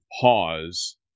pause